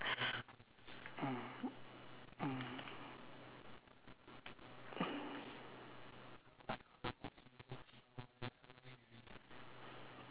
mm mm